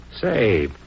Say